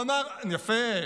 יפה.